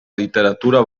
literatura